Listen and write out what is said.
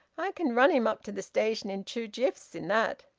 i can run him up to the station in two jiffs in that.